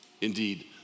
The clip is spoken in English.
Indeed